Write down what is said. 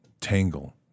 tangle